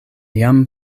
jam